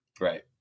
Right